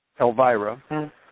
Elvira